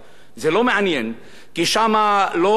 כי שם לא מדברים על ראש הממשלה,